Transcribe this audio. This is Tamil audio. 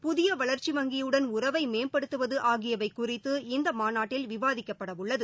புதிய வளர்ச்சி வங்கியுடன் உறவை மேம்படுத்துவது ஆகியவை குறித்து இந்த மாநாட்டில் விவாதிக்ப்படவுள்ளது